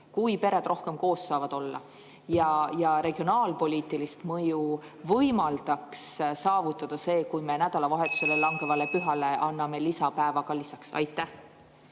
kui pered rohkem koos saavad olla, ja regionaalpoliitilist mõju võimaldaks saavutada see, kui me nädalavahetusele langevale pühale anname lisapäeva lisaks? Aitäh,